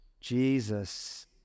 Jesus